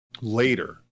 later